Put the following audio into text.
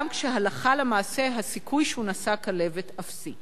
כשהלכה למעשה הסיכוי שהוא נשא כלבת אפסי.